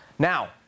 Now